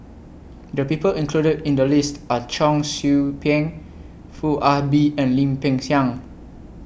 The People included in The list Are Cheong Soo Pieng Foo Ah Bee and Lim Peng Siang